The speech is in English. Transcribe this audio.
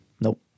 nope